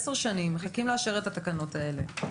עשר שנים מחכים לאשר את התקנות האלה,